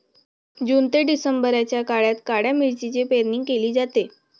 जून ते डिसेंबरच्या काळात काळ्या मिरीची पेरणी केली जाते